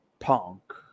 Punk